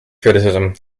criticism